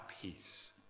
peace